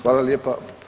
Hvala lijepa.